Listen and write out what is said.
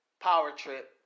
power-trip